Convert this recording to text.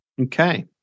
Okay